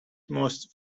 most